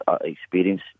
Experience